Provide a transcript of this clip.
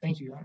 thank you